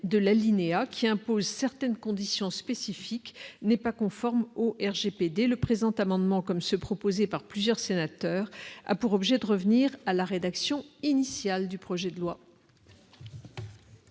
de l'alinéa qui impose certaines conditions spécifiques n'est pas conformes au RGPD le présent amendement comme ceux proposés par plusieurs sénateurs a pour objet de revenir à la rédaction initiale du projet de loi.